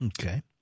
Okay